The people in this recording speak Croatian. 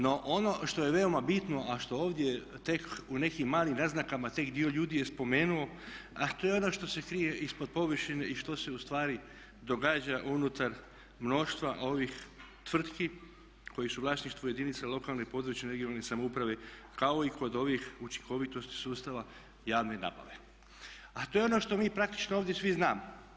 No, ono što je veoma bitno, a što ovdje tek u nekim malim naznakama tek dio ljudi je spomenuo, a to je ono što se krije ispod površine i što se ustvari događa unutar mnoštva ovih tvrtki koji su u vlasništvu jedinica lokalne i područne (regionalne) samouprave kao i kod ovih učinkovitosti sustava javne nabave, a to je ono što mi praktično ovdje svi znamo.